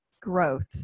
growth